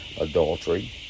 Adultery